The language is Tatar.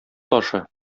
ташы